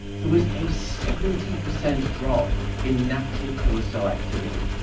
there was a seventy percent drop in natural killer cell activity.